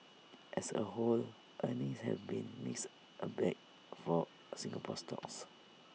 as A whole earnings have been mixed A bag for Singapore stocks